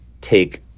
take –